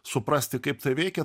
suprasti kaip tai veikia